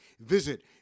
Visit